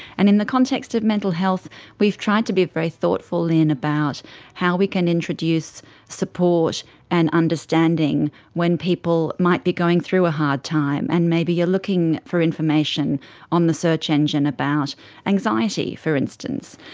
and in the context of mental health we've tried to be very thoughtful about how we can introduce support and understanding when people might be going through a hard time and maybe are looking for information on the search engine about anxiety, for instance.